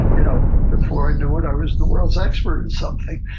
you know before i knew it, i was the world's expert in something.